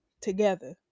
together